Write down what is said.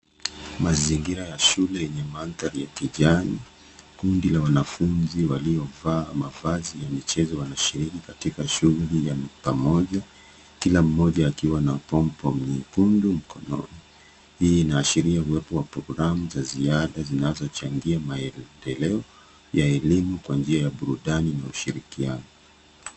Mazingira ya shule yenye mandhari ya kijani. Kundi la wanafunzi waliovaa mavazi ya michezo wanashiriki katika shguhuli ya pamoja. Kila mmoja akiwa na pompom nyekundu mkononi. Hii inaashiria uwepo wa programu za ziada zinazochangia maendeleo ya elimu kwa njia ya burudani na ushirikiano.